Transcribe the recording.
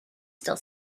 still